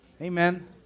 Amen